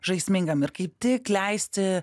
žaismingam ir kaip tik leisti